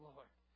Lord